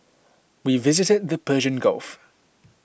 we visited the Persian Gulf